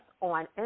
on